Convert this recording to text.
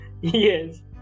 Yes